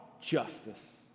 justice